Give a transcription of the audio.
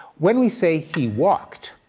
when we say, he walked,